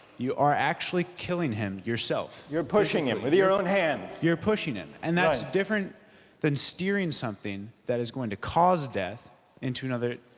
you are actually killing him yourself, you're pushing him with your own hands you're pushing and that's different than steering something that is going to cause death into another.